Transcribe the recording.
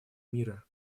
мира